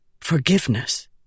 Forgiveness